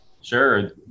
Sure